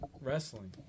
wrestling